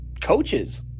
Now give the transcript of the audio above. coaches